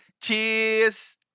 Cheers